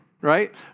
right